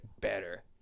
better